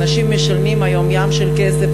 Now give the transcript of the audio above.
אנשים משלמים היום ים של כסף.